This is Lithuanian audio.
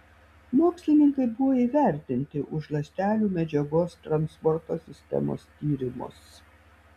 mokslininkai buvo įvertinti už ląstelių medžiagos transporto sistemos tyrimus